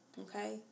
Okay